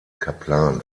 kaplan